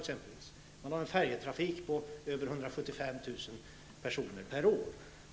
Där finns färjetrafik med mer än 175 000 personer per år.